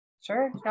Sure